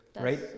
right